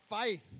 faith